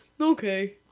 okay